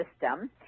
system